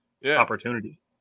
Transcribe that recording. opportunity